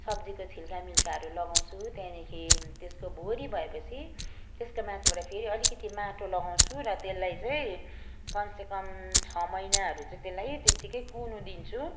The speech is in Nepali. सब्जीको छिल्का मिल्काहरू लगाउँछु त्यहाँदेखि त्यसको भरी भएपछि त्यसको माथिबाट फेरि अलिकति माटो लगाउँछु र त्यसलाई चाहिँ कमसेकम छ महिनाहरू चाहिँ त्यसलाई त्यतिकै कुहिनु दिन्छु